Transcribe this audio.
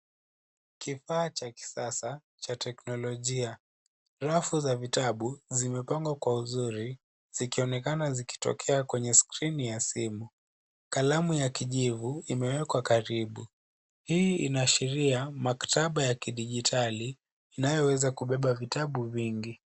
Kifaa cha kisasa cha teknolojia. Rafu za vitabu zimepangwa kwa uzuri zikionekana zikitokea kwenye skrini ya simu. Kalamu ya kijivu imewekwa karibu. Hii inaashiria maktaba ya kidijitali inayoweza kubeba vitabu vingi.